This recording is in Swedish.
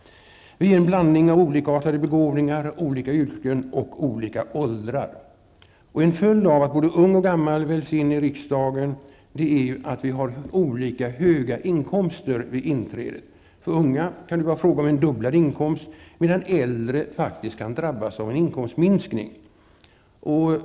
Vi är en blandning av olikartade begåvningar, olika yrken och olika åldrar. En följd av att både unga och gamla väljs in i riksdagen är att vi har olika höga inkomster vid inträdet. För unga kan det vara fråga om en fördubbling av inkomsten, medan äldre faktiskt kan drabbas av en inkomstminskning.